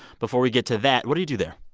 before we get to that, what do you do there?